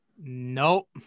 Nope